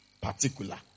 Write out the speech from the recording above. particular